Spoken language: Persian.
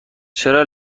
چرا